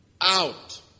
out